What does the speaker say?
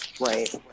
right